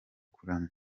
kuramya